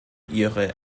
ihre